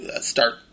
start